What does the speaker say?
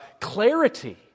clarity